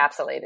encapsulated